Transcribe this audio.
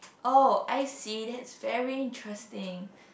oh I see that's very interesting